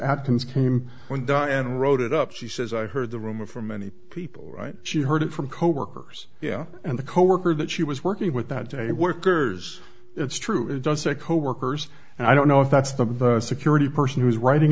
atkins came and wrote it up she says i heard the rumor from many people right she heard it from coworkers yeah and the coworker that she was working with that day workers it's true it does say coworkers and i don't know if that's the security person who is writing